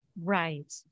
Right